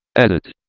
edit.